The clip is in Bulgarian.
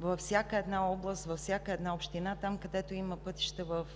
във всяка една област, във всяка една община, там, където има пътища в